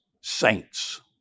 saints